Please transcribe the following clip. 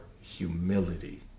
humility